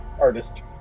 artist